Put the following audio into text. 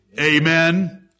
Amen